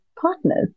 partners